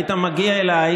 היית מגיע אליי